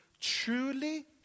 truly